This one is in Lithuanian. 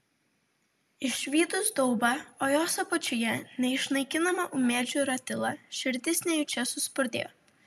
išvydus daubą o jos apačioje neišnaikinamą ūmėdžių ratilą širdis nejučia suspurdėjo